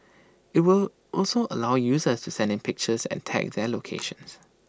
IT would also allow users to send in pictures and tag their locations